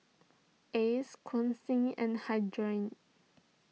Ace Quincy and Hildred